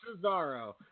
Cesaro